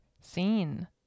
seen